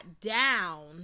down